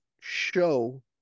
show